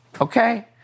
okay